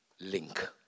link